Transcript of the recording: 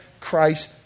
Christ